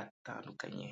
atandukanye.